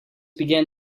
began